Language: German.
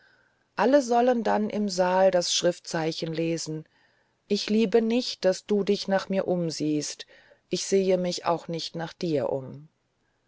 alle sollen dann im saal das schriftzeichen lesen ich liebe nicht daß du dich nach mir umsiehst ich sehe mich auch nicht nach dir um